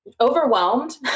overwhelmed